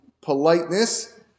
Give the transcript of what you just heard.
politeness